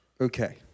Okay